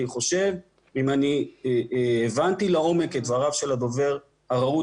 חושב אם הבנתי לעומק את דבריו של הדובר הרהוט